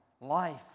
life